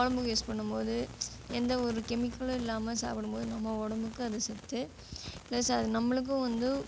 குழம்புக்கு யூஸ் பண்ணும்போது எந்த ஒரு கெமிக்கலும் இல்லாமல் சாப்பிடும் போது நம்ம உடம்புக்கு அது சத்து பிளஸ் அது நம்மளுக்கும் வந்து